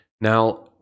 Now